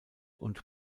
und